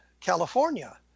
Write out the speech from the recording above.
California